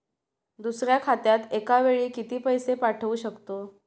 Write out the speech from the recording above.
दुसऱ्या खात्यात एका वेळी किती पैसे पाठवू शकतो?